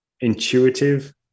intuitive